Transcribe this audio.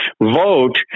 vote